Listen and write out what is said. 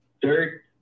dirt